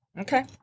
Okay